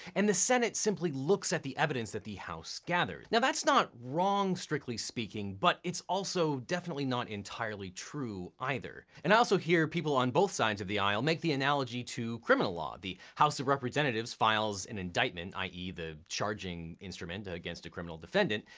and the senate simply looks at the evidence that the house gathered. now, that's not wrong strictly speaking, but it's also definitely not entirely true either. and i also hear people on both sides of the aisle make the analogy to criminal law. the house of representatives files an indictment, i e. the charging instrument against a criminal defendant,